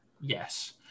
Yes